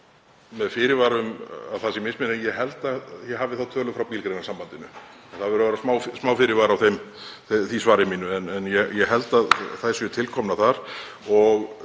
Með fyrirvara um að það sé misminni held ég að ég hafi þá tölu frá Bílgreinasambandinu. Það verður að vera smáfyrirvari á því svari mínu en ég held að tölurnar